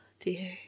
Dear